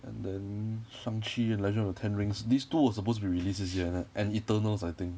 and then shang chi legend of the ten rings these two were supposed to be released this year and eternals I think